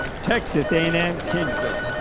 texas a and m kingsville.